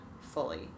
fully